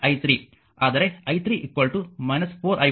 ಆದರೆ i3 4i1 ಮತ್ತು i 1 20